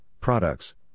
products